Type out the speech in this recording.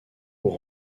pour